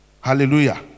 hallelujah